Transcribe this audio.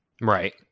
Right